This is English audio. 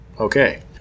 okay